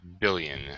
billion